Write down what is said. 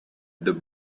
the